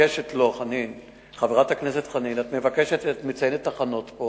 חברת הכנסת חנין, את מציינת תחנות.